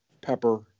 pepper